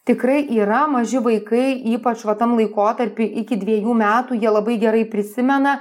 tikrai yra maži vaikai ypač va tam laikotarpy iki dviejų metų jie labai gerai prisimena